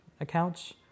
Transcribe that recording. accounts